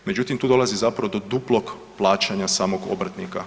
Međutim tu dolazi zapravo do duplog plaćanja samog obrtnika.